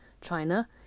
China